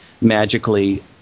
magically